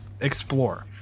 explore